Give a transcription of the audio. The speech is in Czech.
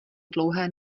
dlouhé